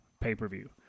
pay-per-view